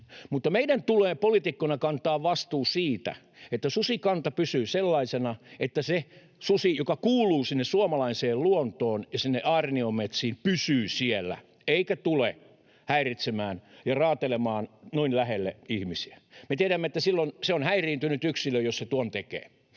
meidän tulee poliitikkoina kantaa vastuu siitä, että susikanta pysyy sellaisena, että se susi, joka kuuluu sinne suomalaiseen luontoon ja sinne aarniometsiin, pysyy siellä eikä tule häiritsemään ja raatelemaan noin lähelle ihmisiä. Me tiedämme, että se on häiriintynyt yksilö, jos se tuon tekee,